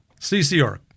CCR